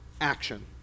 action